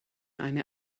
eine